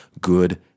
good